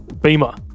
Beamer